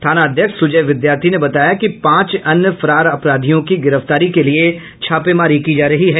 थानाध्यक्ष सुजय विद्यार्थी ने बताया कि पांच अन्य फरार अपराधियों की गिरफ्तारी के लिये छापेमारी की जा रही है